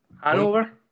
Hanover